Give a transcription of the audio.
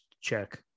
check